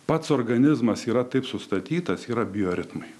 pats organizmas yra taip sustatytas yra bioritmai